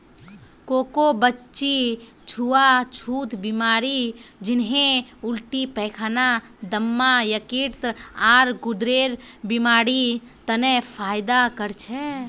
कोकोर बीच्ची छुआ छुत बीमारी जन्हे उल्टी पैखाना, दम्मा, यकृत, आर गुर्देर बीमारिड तने फयदा कर छे